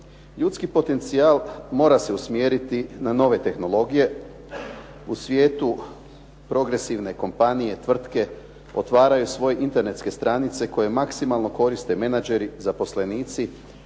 Ljudski potencijal mora se usmjeriti na nove tehnologije. U svijetu progresivne kompanije, tvrtke otvaraju svoje internetske stranice koje maksimalno koriste menadžeri, zaposlenici,